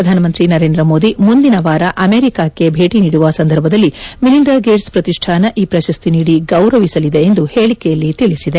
ಪ್ರಧಾನಮಂತಿ ನರೇಂದ ಮೋದಿ ಮುಂದಿನ ವಾರ ಅಮೆರಿಕಾಕ್ನೆ ಭೇಟಿ ನೀಡುವ ಸಂದರ್ಭದಲ್ಲಿ ಮಿಲಿಂದ ಗೇಟ್ಸ್ ಪ್ರತಿಷ್ಣಾನ ಈ ಪ್ರಶಸ್ತಿ ನೀಡಿ ಗೌರವಿಸಲಿದೆ ಎಂದು ಹೇಳಿಕೆಯಲ್ಲಿ ತಿಳಿಸಿದೆ